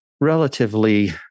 relatively